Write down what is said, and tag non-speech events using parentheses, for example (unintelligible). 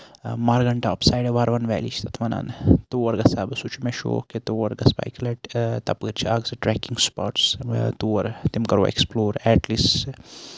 Margan top side Warwan valley چھِ تَتھ وَنان تور گژھٕ ہا بہٕ سُہ چھُ مےٚ شوق کہِ تور گژھٕ بہٕ اَکہِ لٹہِ تَپٲرۍ چھِ اکھ زٕ ٹریکِنگ سٔپاٹٕس (unintelligible) تور تِم کرو اٮ۪کٕسپلور ایٹ لیٖسٹ